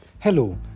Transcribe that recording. Hello